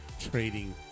trading